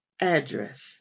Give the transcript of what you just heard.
Address